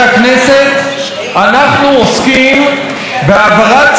אנחנו עוסקים בהעברת סמכויות שהיו צריכות